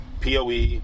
PoE